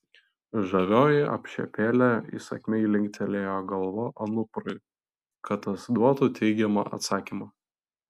žavioji apšepėlė įsakmiai linktelėjo galva anuprui kad tas duotų teigiamą atsakymą